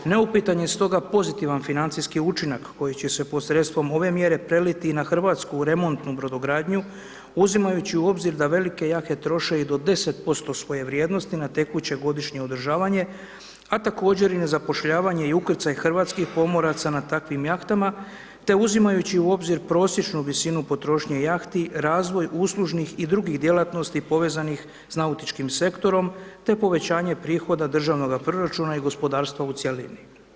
Neupitan je stoga pozitivan financijski učinak koji će se posredstvom ove mjere preliti i na Hrvatsku u remontnu brodogradnju uzimajući u obzir da velike jahte troše i do 10% svije vrijednosti na tekuće godišnje održavanje, a također i na zapošljavanje i ukrcaj hrvatskih pomoraca na takvim jahtama te uzimajući u obzir prosječnu visinu potrošnje jahti, razvoj uslužnih i drugih djelatnosti povezanih s nautičkim sektorom te povećanje prihoda državnoga proračuna i gospodarstva u cjelini.